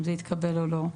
אם זה התקבל או לא,